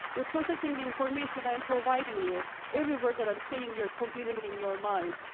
you're processing the information i am providing you. every word that i'm saying, you're computing it in your mind,